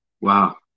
Wow